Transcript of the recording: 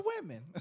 women